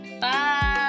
Bye